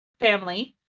family